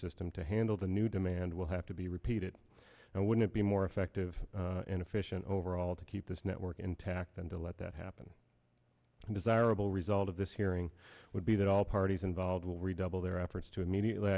system to handle the new demand will have to be repeated and wouldn't be more effective and efficient overall to keep this network intact than to let that happen and desirable result of this hearing would be that all parties involved will redouble their efforts to immediately